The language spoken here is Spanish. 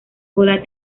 cola